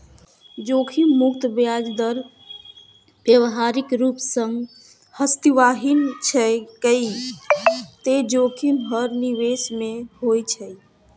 जोखिम मुक्त ब्याज दर व्यावहारिक रूप सं अस्तित्वहीन छै, कियै ते जोखिम हर निवेश मे होइ छै